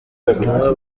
ubutumwa